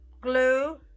glue